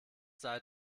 sei